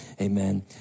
amen